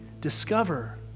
discover